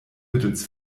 mittels